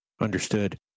Understood